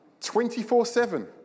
24-7